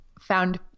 found